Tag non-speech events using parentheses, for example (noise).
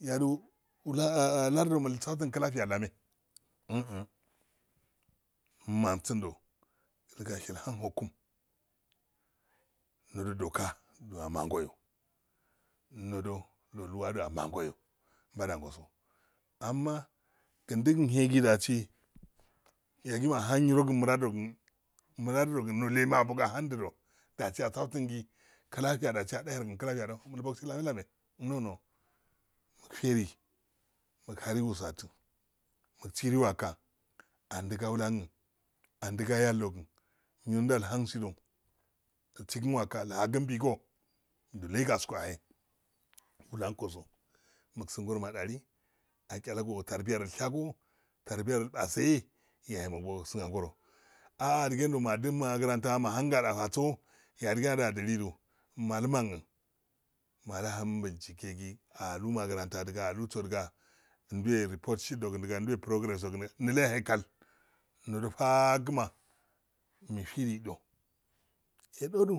yaro (unintelligible) (hesitation) lard do mulsato klafiya lame (hesitation) masindo du igashe irham hokum ndodo da ka no amngoyo ndodono wadi amangoyo mbadongoso amma undighed dasi tagima ahan yirohn muradiroyn muradirogin nolema abo go du dasi assaftin do klafiya dasi atadaye rogin klafiya atadang fiya do bolbogsi musiri waka andigalangin andigali walloyin yiro nyiro ndalgasindo ibigin waka ihagin bigi o nolegasko ya e lankso adali achallago tarbiyaro ishago tarbiyaro ipaseh ya e lankosa usin angoro adigendo mudim mahan ngatafaso yae adigendo mudimagranta mahan ngadafaso ya e adigfudo adilido malum an gin malu mahun bichike gii adu amgranta diga aluso diga nduwe repotshit rogindiga nduwe progress bregin dinge nole ya he kal ndodofagma regin dige mole ya he kal nododofagma mishiliido edodu,